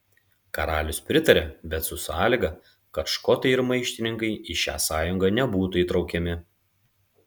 karalius pritaria bet su sąlyga kad škotai ir maištininkai į šią sąjungą nebūtų įtraukiami